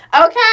Okay